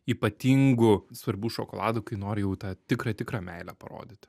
ypatingų svarbių šokoladų kai nori jau tą tikrą tikrą meilę parodyti